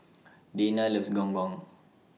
Dayna loves Gong Gong